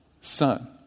son